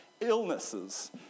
illnesses